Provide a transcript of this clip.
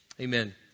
Amen